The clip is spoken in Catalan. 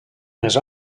més